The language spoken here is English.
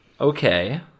okay